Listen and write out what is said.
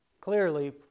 clearly